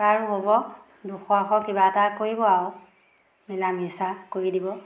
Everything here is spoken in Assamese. বাৰু হ'ব দুশ এশ কিবা এটা কৰিব আৰু মিলা মিছা কৰি দিব